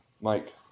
Mike